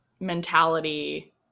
mentality